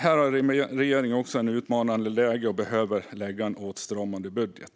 Här har regeringen ett utmanande läge och behöver lägga fram en åtstramande budget.